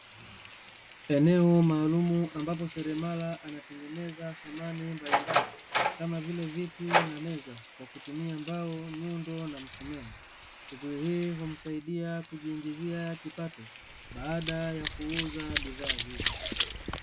Eneo maalumu ambapo seremala anatengeneza thamani mbalimbali, kama vile; viti na meza kwakutumia mbao, nyundo na msimeno, shughuli hii humsaidia kuiingizia kipato baada ya kuuza bidhaa hizo.